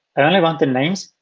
i only want the names.